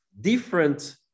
different